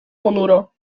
ponuro